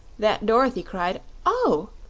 that dorothy cried oh!